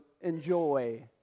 enjoy